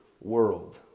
world